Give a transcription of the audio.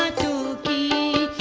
ah to be